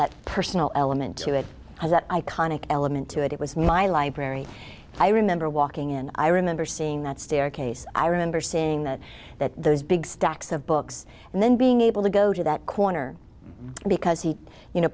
that personal element to it has that iconic element to it it was a my library i remember walking in i remember seeing that staircase i remember seeing the that those big stacks of books and then being able to go to that corner because he you know